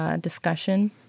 Discussion